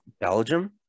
Belgium